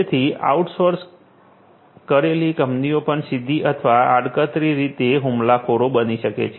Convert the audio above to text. તેથી આઉટસોર્સ કરેલી કંપનીઓ પણ સીધી અથવા આડકતરી રીતે હુમલાખોરો બની શકે છે